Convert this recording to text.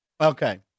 Okay